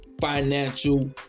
financial